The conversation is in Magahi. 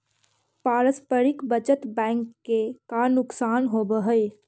पारस्परिक बचत बैंक के का नुकसान होवऽ हइ?